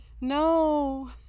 No